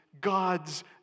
God's